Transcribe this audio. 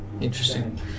interesting